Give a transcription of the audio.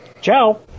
Ciao